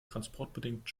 transportbedingt